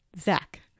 Zach